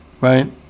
right